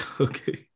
Okay